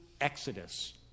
Exodus